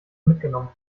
mitgenommen